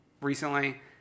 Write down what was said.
recently